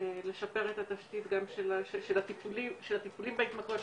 לשפר את התשתית גם של הטיפולים בהתמכרויות,